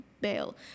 bail